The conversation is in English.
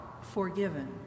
forgiven